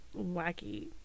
wacky